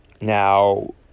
Now